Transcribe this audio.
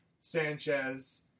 Sanchez